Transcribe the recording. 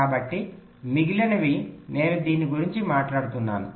కాబట్టి మిగిలినవి నేను దీని గురించి మనట్లాడుతున్నాను